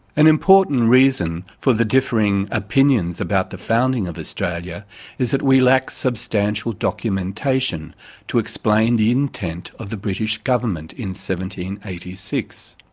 an important reason for the differing opinions about the founding of australia is that we lack substantial documentation to explain the intent of the british government in one and eighty six.